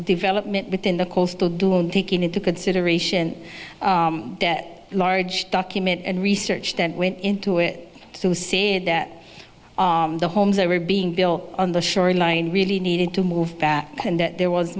development within the coastal dune taking into consideration that large document and research that went into it to see that the homes that were being built on the shoreline really needed to move and that there was